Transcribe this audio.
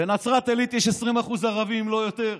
בנצרת עלית יש 20% ערבים, אם לא יותר,